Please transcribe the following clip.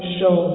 show